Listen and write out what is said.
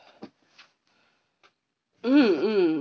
mm mm